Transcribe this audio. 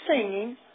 singing